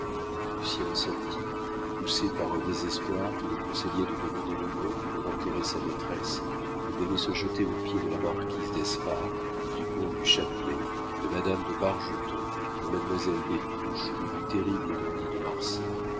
lucien sortit poussé par un désespoir qui lui conseillait de demander l'aumône pour enterrer sa maîtresse ou d'aller se jeter aux pieds de la marquise d'espard du comte de châtelet de madame de bargeton de mademoiselle des touches ou du terrible dandy de marsay